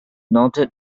noted